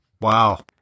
Wow